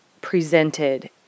presented